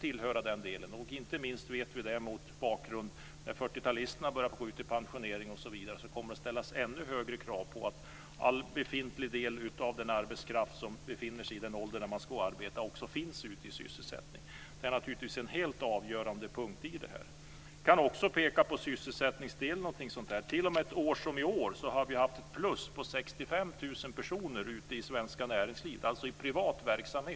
Inte minst vet vi det mot bakgrund av att det när 40 talisterna börjar gå i pension kommer att ställas ännu högre krav på att så stor del som möjligt av den arbetskraft som befinner sig i den ålder då man ska arbeta också finns ute i sysselsättning. Det är naturligtvis en helt avgörande punkt i det här. Jag kan också peka på sysselsättningsdelen. T.o.m. ett år som detta har vi haft ett plus på 65 000 personer ute i det svenska näringslivet, dvs. i privat verksamhet.